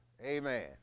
amen